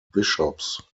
bishops